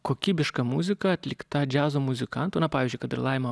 kokybiška muzika atlikta džiazo muzikantų na pavyzdžiui kad ir laimo